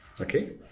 Okay